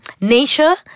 Nature